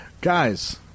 Guys